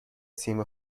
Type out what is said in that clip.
سیم